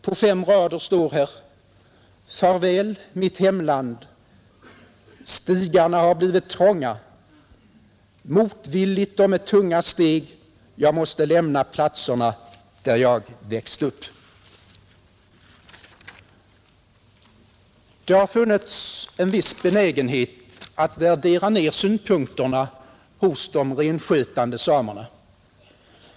På fem rader står där: ”Farväl, mitt hemland! Stigarna har blivit trånga. Motvilligt och med tunga steg jag måste lämna platserna, där jag växt upp.” Det har funnits en viss benägenhet att värdera ned synpunkterna hos de renskötande samerna.